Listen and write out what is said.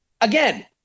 again